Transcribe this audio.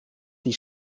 die